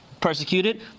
persecuted